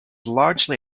largely